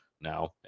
now